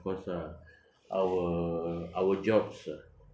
us ah our our jobs ah